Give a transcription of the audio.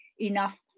enough